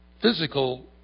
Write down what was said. physical